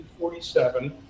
1947